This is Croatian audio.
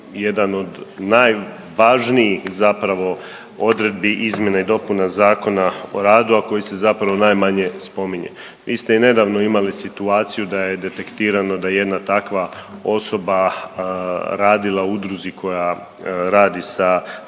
jedan od najvažnijih zapravo odredbi izmjene i dopune Zakona o radu a koji se zapravo najmanje spominje. Vi ste i nedavno imali situaciju da je detektirano da jedna takva osoba radila u udruzi koja radi sa